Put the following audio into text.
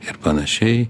ir panašiai